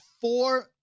four